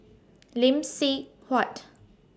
Lee Seng Huat